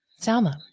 Salma